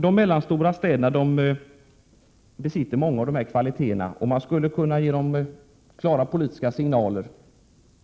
De mellanstora städerna besitter många av de här kvaliteterna, och vi skulle kunna ge dem klara politiska signaler.